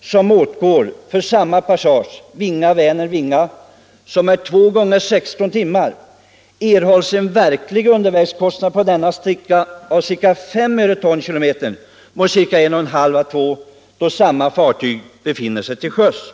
som åtgår för samma passage, Vinga Vänern-Vinga, som är två gånger 16 timmar, erhålls en verklig undervägskostnad på denna sträcka på ca 5 öre tonkm då samma fartyg befinner sig till sjöss.